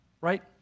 right